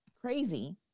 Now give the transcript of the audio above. crazy